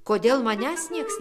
kodėl manęs nieks